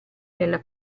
nella